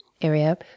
area